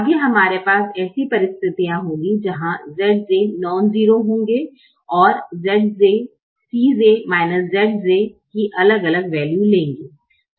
आगे हमारे पास ऐसी परिस्थितियां होंगी जहां Zj नॉन 0 होंगे और Cj Zj की अलग अलग वैल्यू लेंगे